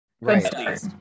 right